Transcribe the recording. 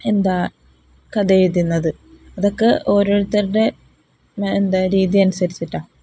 എന്താ കഥയെഴുതുന്നത് അതൊക്കെ ഓരോരുത്തരുടെ എന്താണ് രീതി അനുസരിച്ചിട്ടാണ്